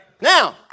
Now